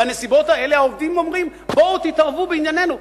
בנסיבות האלה העובדים אומרים: בואו תתערבו בענייננו.